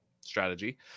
strategy